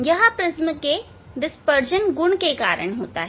यह प्रिज्म की डिस्परजन गुण के कारण होता है